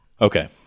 Okay